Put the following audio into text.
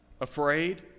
afraid